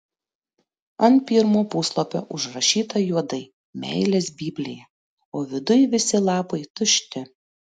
ant pirmo puslapio užrašyta juodai meilės biblija o viduj visi lapai tušti